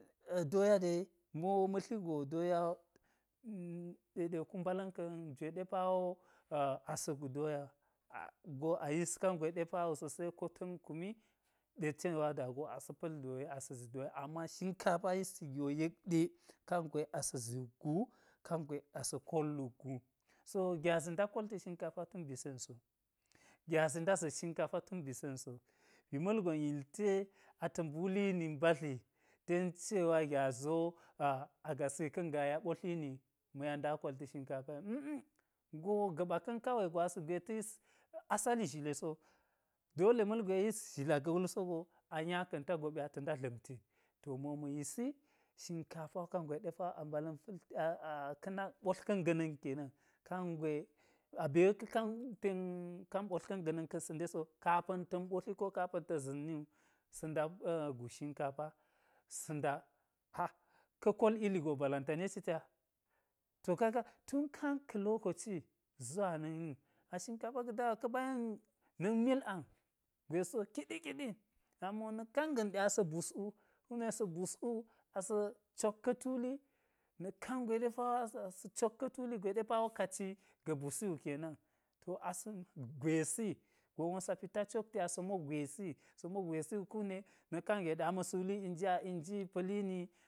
Doya de mo ma̱ tli go doya wo ɗeɗe ku mbala̱n ka̱n jwe ɗe pawo asa gu doya wu go ayis kangwe ɗe pa so seko ta̱n kumi ɗe cewa da go asa̱ pa̱l doya asa̱ zi doya ama shinka fa wo yisti giwo kangwe asa̱ zi wukgu kangwe asa kol wukgu so, gyazi da kolti shinkafa tun bi sen so, ba̱ ma̱lgon yilte ata̱ mblulini mbadli ten cewa gyazi wo agasi ka̱n gaa ya ɓotlini ma̱ ya da kolti shinkafa a̱a̱ go gaɓa ka̱nkwe gwasi gwe ta̱ yisasali zhile sowu dole malgwe yis zhila ga wull sogo anya ka̱n ta doɓi ata̱ da dla̱mti to moma̱ yisi shinkafa wo kangwe ɗe pa amba̱la̱n pa̱l ka̱ nak ɓotlka̱n ga̱na̱n kena̱n kangwe abe we ka̱ kan ten ɓotlka̱n ga̱na̱n ka̱n si de so kapa̱n ta̱n ɓotli ko kapa̱n ta̱n za̱nni wu sa da ga̱t shinkafa sa̱ a-sa̱ kol ili go balantane citia to ka ga tun kan ka̱ lokaci zuwa na̱k nin ashinkafa ga̱ dawo ka̱ yen na̱k mil ang gwesi wo kiɗi kiɗi nami nak kan ga̱n ɗe asa̱ mbus wu, kume sa mbus wu asa̱ cok ka̱ tuli na̱k kangwe ɗe pawo asa-cok ka̱ tuli gwe pawo ka ciaka ga̱ mbusi wu kena̱n to asa̱n gwesi gon sa pita cokti asa̱ mogwesi sa mo gwesi kum ɗe nak kan ga̱n ama̱ su inji a inji pa̱lini